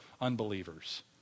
unbelievers